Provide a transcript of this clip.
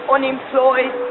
Unemployed